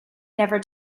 never